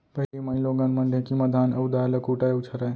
पहिली माइलोगन मन ढेंकी म धान अउ दार ल कूटय अउ छरयँ